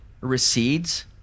recedes